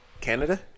Canada